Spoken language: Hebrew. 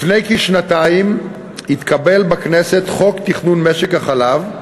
לפני כשנתיים התקבל בכנסת חוק תכנון משק החלב,